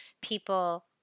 people